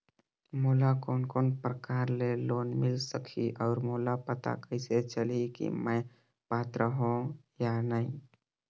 मोला कोन कोन प्रकार के लोन मिल सकही और मोला पता कइसे चलही की मैं पात्र हों या नहीं?